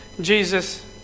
Jesus